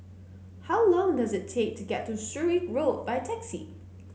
how long does it take to get to Surrey Road by taxi